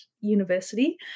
university